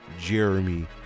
Jeremy